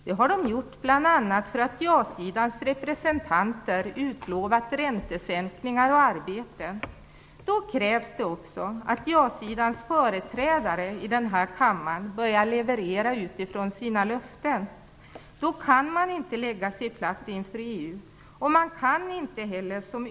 Det har det bl.a. gjort för att jasidan representanter har utlovat räntesänkningar och arbete. Då krävs det också att ja-sidans företrädare i den här kammaren börjar leverera utifrån sina löften. Då kan man inte lägga sig platt inför EU.